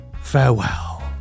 farewell